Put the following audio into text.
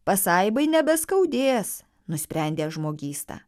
pasaibai nebeskaudės nusprendė žmogysta